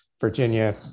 Virginia